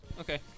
Okay